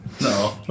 No